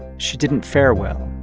she didn't fare well.